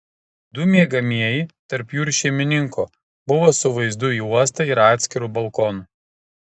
du miegamieji tarp jų ir šeimininko buvo su vaizdu į uostą ir atskiru balkonu